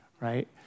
right